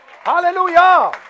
hallelujah